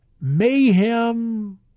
mayhem